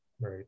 Right